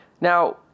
Now